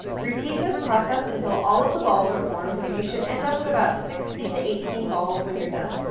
repeat this process until all of the balls are formed, and you should end up with about sixteen to eighteen balls when you're done.